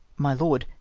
my lord,